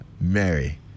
Mary